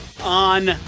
on